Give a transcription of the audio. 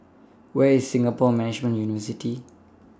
Where IS Singapore Management University